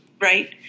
right